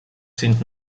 sind